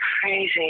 Crazy